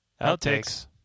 outtakes